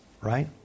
right